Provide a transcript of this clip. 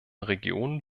regionen